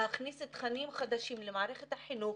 להכניס תכנים חדשים למערכת החינוך,